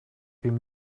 dem